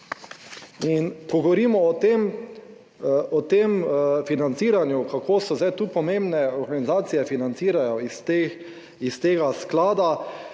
In ko govorimo o tem financiranju, kako so zdaj tu pomembne organizacije financirajo iz teh, iz